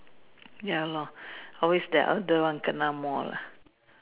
ya lor always the elder one kena more lah